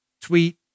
tweet